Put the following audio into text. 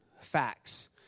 facts